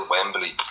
Wembley